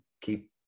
keep